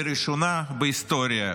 לראשונה בהיסטוריה,